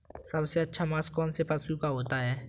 सबसे अच्छा मांस कौनसे पशु का होता है?